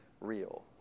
real